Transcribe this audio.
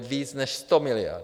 Více než 100 miliard.